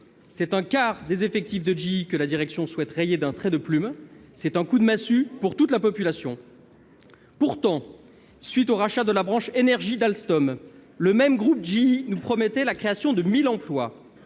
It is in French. C'est un quart des effectifs de GE que la direction souhaite rayer d'un trait de plume. C'est un coup de massue pour toute la population. Pourtant, à la suite du rachat de la branche énergie d'Alstom, le même groupe GE nous promettait la création de 1 000 emplois.